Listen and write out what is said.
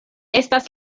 estas